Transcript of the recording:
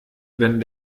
wenn